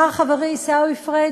אמר חברי עיסאווי פריג',